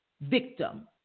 victim